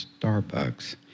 Starbucks